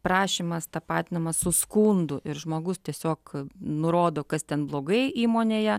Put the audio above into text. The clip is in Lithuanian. prašymas tapatinamas su skundu ir žmogus tiesiog nurodo kas ten blogai įmonėje